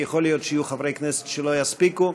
יכול להיות שיהיו חברי כנסת שלא יספיקו.